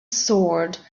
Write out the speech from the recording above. sword